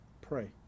pray